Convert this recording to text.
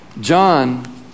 John